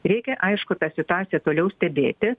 reikia aišku tą situaciją toliau stebėti